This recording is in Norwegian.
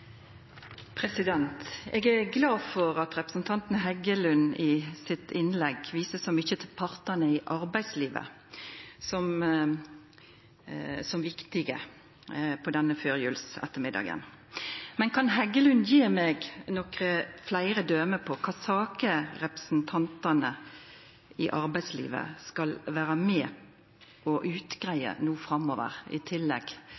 er glad for at representanten Heggelund i innlegget sitt viste så mykje til partane i arbeidslivet som viktige denne førjulsettermiddagen. Men kan Heggelund gje meg nokre fleire døme på kva saker representantane i arbeidslivet skal vera med og greia ut no framover i tillegg